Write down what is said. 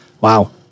Wow